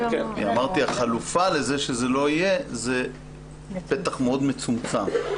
אמרתי שהחלופה לכך שזה לא יהיה זה פתח מאוד מצומצם.